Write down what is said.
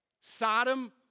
Sodom